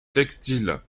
textile